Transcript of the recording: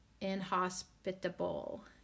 inhospitable